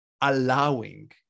allowing